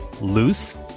loose